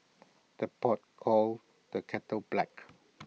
the pot calls the kettle black